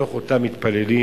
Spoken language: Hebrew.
בתוך אותם מתפללים,